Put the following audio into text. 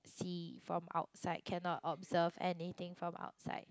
see from outside cannot observe anything from outside